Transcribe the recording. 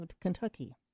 Kentucky